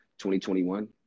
2021